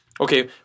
Okay